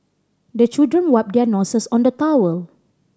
the children wipe their noses on the towel